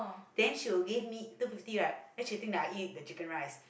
then she will give me two fifty right and she think that I eat the chicken rice